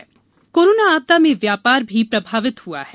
corona पहल corona आपदा में व्यापार भी प्रभावित हुआ है